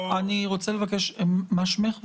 שלמעשה אנחנו אומרים,